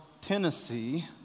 Tennessee